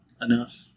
enough